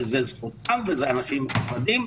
וזו זכותם וזה אנשים מכובדים,